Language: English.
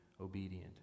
obedient